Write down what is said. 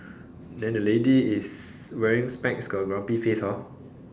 then the lady is wearing specs got grumpy face hor